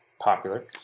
popular